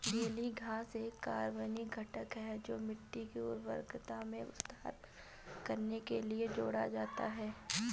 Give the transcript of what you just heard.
गीली घास एक कार्बनिक घटक है जो मिट्टी की उर्वरता में सुधार करने के लिए जोड़ा जाता है